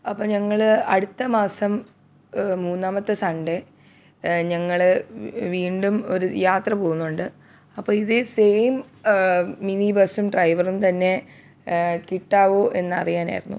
അപ്പം ഞങ്ങള് അടുത്ത മാസം മൂന്നാമത്തെ സൺഡേ ഞങ്ങള് വീണ്ടും ഒരു യാത്ര പോകുന്നുണ്ട് അപ്പം ഇതേ സെയിം മിനി ബസ്സും ഡ്രൈവറും തന്നെ കിട്ടുമോ എന്നറിയാനായിരുന്നു